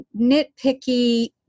nitpicky